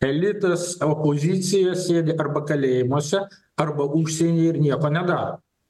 elitas opozicija sėdi arba kalėjimuose arba užsienyje ir nieko nedaro